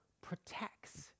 protects